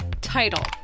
Title